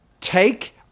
Take